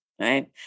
Right